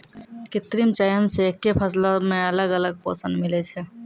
कृत्रिम चयन से एक्के फसलो मे अलग अलग पोषण मिलै छै